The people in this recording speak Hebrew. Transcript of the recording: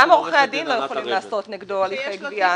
-- גם עורכי הדין לא יכולים לעשות נגדו הליכי גבייה,